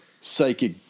psychic